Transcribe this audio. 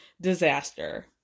disaster